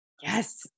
Yes